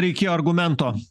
reikėjo argumento